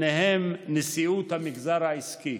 נשיאות המגזר העסקי.